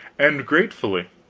and gratefully.